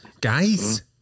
guys